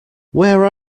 where